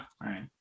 Right